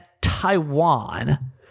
Taiwan